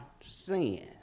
sin